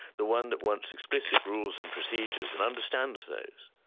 the one that wants explicit rules and procedures and understands those,